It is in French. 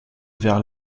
vers